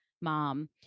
mom